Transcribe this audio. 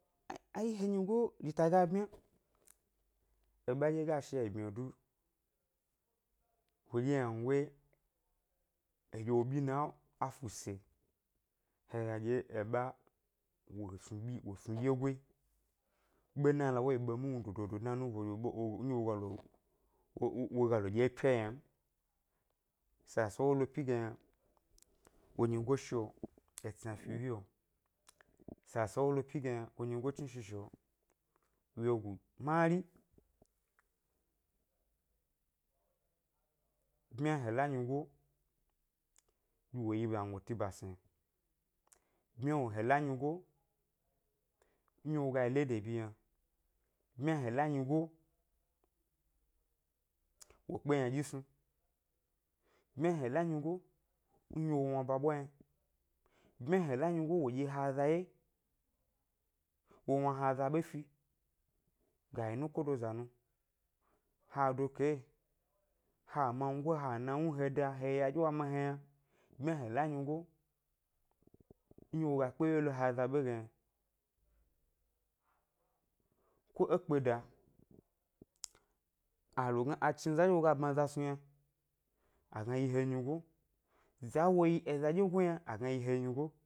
Ai he nyigo rita ga bmya, eɓa ɗye ga shi é bmyio du, woɗye ynangoyi eɗye wo ɓyinayi á fu ʻse, he ga ɗye eɓa wo snu ɓyi wo snu ɗyegoyi, ɓena lea wo yi ɓemumu dododo nɗye wo wo u u ga lo ɗye é ʻpyio yna m, sasa wo lo ʻpyi ge yna wo nyigo shi lo etsna yi fi wyeo, sasa wo lo ʻpyi ge yna, wo nyigo chni shishio wyegu yi mari, bmya he la nyigo wo yi zangoti basna yi, bmya he la nyigo nɗye wo ga yi ledebyi yi yna, bmya he la nyigo wo kpe ynaɗyi snu, bmya he la nyigo ndye wo wna ʻba ɓwa yna, bmya he la nyigo wo dye he aza ʻwye, wo wna he aza ʻɓe fi, ga yi nukodoza nu, he adoke, he amangoyi, he anawnu, he ʻda, he ʻya ɗyé wa ma he yna, byma he la nyigo nɗye wo ga kpe ʻwye lo he aza ʻɓe ge yna, ko é kpeda, a lo gna a chni ʻza wo ga bma ʻza snu yna a gna yi he nyigo, ʻza wo yi eza ɗyegoyi yna a gna yi he nyigo